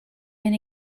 been